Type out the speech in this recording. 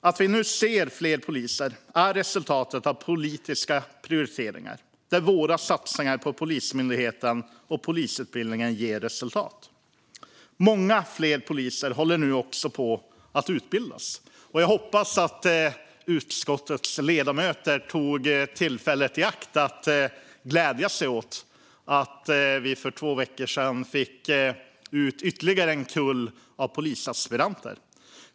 Att vi nu ser fler poliser är resultatet av politiska prioriteringar, där våra satsningar på Polismyndigheten och polisutbildningen ger resultat. Många fler poliser håller nu också på att utbildas. Jag hoppas att utskottets ledamöter tog tillfället i akt att glädja sig åt att vi för två veckor sedan fick ut ytterligare en kull polisaspiranter.